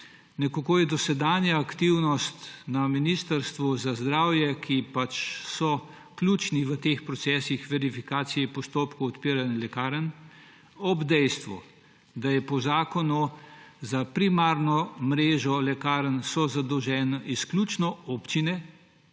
lekarn. Dosedanja aktivnost na Ministrstvu za zdravje, ki je ključno v procesih verifikacije postopkov odpiranja lekarn, ob dejstvu, da so po zakonu za primarno mrežo lekarn zadolžene izključno občine